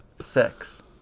six